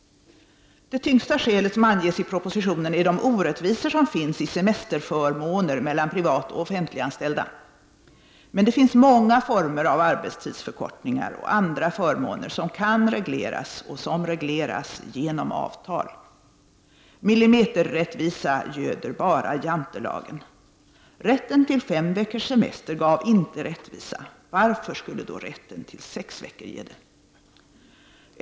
Det tyngsta skälet, som anges i propositionen, är de orättvisor som finns i semesterförmåner mellan privatoch offentliganställda. Men det finns många former av arbetstidsförkortningar och andra förmåner som kan regleras och som regleras genom avtal. Millimeterrättvisa göder bara Jantelagen. Rätten till fem veckors semester gav inte rättvisa. Varför skulle då rätten till sex veckors semester ge det?